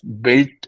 built